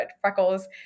freckles